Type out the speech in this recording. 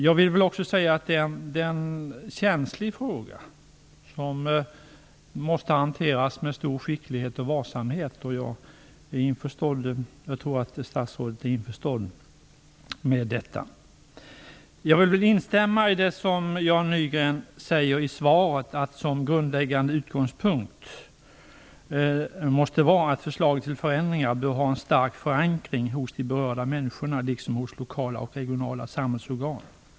Jag vill också säga att det är en känslig fråga som måste hanteras med stor skicklighet och varsamhet, och jag tror att statsrådet är införstådd med detta. Jag vill instämma i det Jan Nygren säger i svaret, att en grundläggande utgångspunkt måste vara att förslaget till förändringar har en stark förankring hos de berörda människorna liksom hos lokala och regionala samhällsorgan.